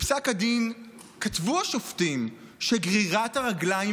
בפסק הדין כתבו השופטים שגרירת הרגליים